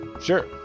sure